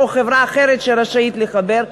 או חברה אחרת שרשאית לחבר,